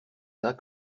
tas